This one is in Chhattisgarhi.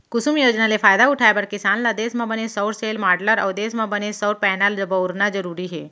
कुसुम योजना ले फायदा उठाए बर किसान ल देस म बने सउर सेल, माँडलर अउ देस म बने सउर पैनल बउरना जरूरी हे